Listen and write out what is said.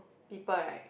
people right